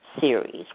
series